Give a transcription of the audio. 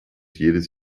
jedes